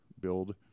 build